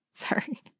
Sorry